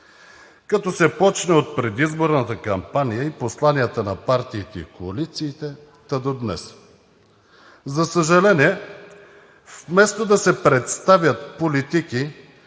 като се почне от предизборната кампания и посланията на партиите и коалициите, та до днес. За съжаление, вместо да се представят политики,